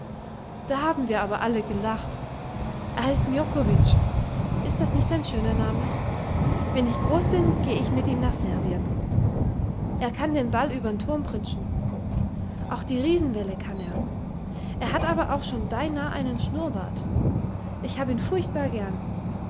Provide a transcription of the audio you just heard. da haben wir aber alle gelacht er heißt miokovitsch ist das nicht ein schöner name wenn ich groß bin geh ich mit ihm nach serbien er kann den ball übern thurm pritschen auch die riesenwelle kann er er hat aber auch schon beinah einen schnurbart ich hab ihn furchtbar gern